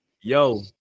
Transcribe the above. yo